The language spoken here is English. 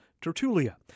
Tertulia